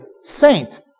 saint